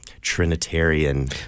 Trinitarian